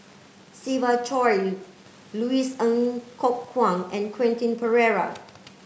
Siva Choy Louis Ng Kok Kwang and Quentin Pereira